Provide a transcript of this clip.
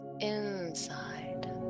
inside